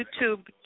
YouTube